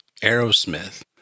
Aerosmith